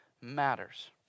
matters